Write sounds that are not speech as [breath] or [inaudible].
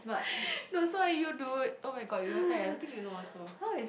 [breath] no so are you dude oh-my-god you are I don't think you know also